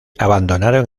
abandonaron